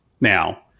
now